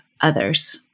others